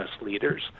leaders